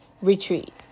retreat